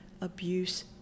abuse